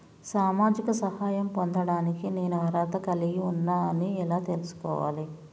సామాజిక సహాయం పొందడానికి నేను అర్హత కలిగి ఉన్న అని ఎలా తెలుసుకోవాలి?